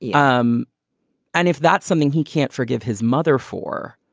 yeah um and if that's something he can't forgive his mother for.